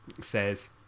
says